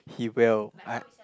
he will I